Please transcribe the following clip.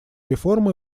реформы